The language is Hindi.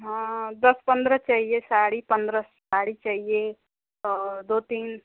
हाँ दस पंद्रह चाहिए साड़ी पंद्रह साड़ी चाहिए और दो तीन